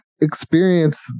experience